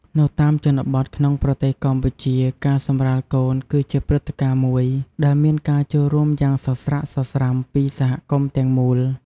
នៅតាមជនបទក្នុងប្រទេសកម្ពុជា ការសម្រាលកូនគឺជាព្រឹត្តិការណ៍មួយដែលមានការចូលរួមយ៉ាងសស្រាក់សស្រាំពីសហគមន៍ទាំងមូល។